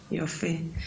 טוב,